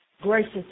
Gracious